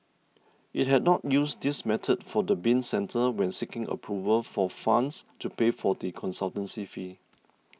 it had not used this method for the bin centre when seeking approval for funds to pay for the consultancy fee